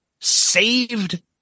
saved